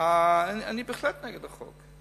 אני בהחלט נגד החוק.